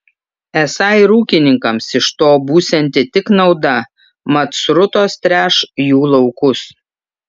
esą ir ūkininkams iš to būsianti tik nauda mat srutos tręš jų laukus